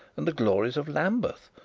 and the glories of lambeth,